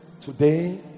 today